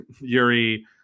Yuri